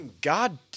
god